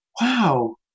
wow